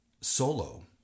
solo